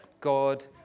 God